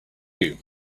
you